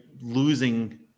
losing